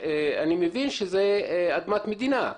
אני חושב שזה צעד חשוב מאוד בכיוון הנכון,